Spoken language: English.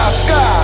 sky